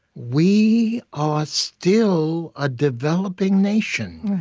we are still a developing nation.